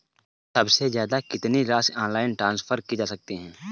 सबसे ज़्यादा कितनी राशि ऑनलाइन ट्रांसफर की जा सकती है?